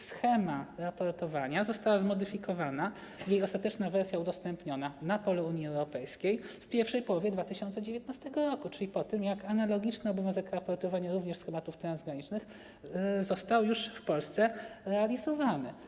Schema raportowania została zmodyfikowana, jej ostateczna wersja udostępniona na polu Unii Europejskiej w pierwszej połowie 2019 r., czyli po tym, jak analogiczny obowiązek raportowania również schematów transgranicznych był już w Polsce realizowany.